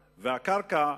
הקרקע.